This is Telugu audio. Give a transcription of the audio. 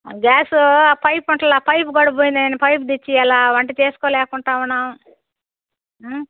గ్యాసూ పైపుంటల్లా పైపు కూడా పోయింది నాయినా పైపు తెచ్చియాలా వంట చేసుకోలేకుండా ఉన్నాం